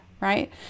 right